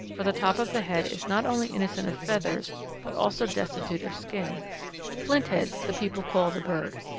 for the top of the head is not only innocent of feathers but also destitute of skin flintheads, the people call the bird.